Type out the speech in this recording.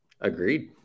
Agreed